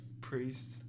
Priest